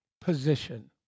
position